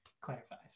clarifies